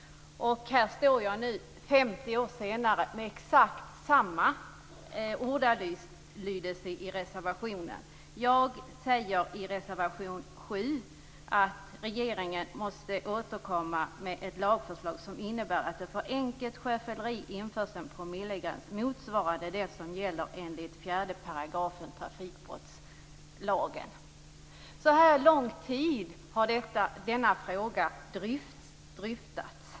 Nu står jag här 50 år senare med exakt samma ordalydelse i reservationen. Jag säger i reservation 7 att regeringen måste återkomma med ett lagförslag som innebär att det för enkelt sjöfylleri införs en promillegräns motsvarande den som gäller enligt 4 § trafikbrottslagen. Så lång tid har denna fråga dryftats.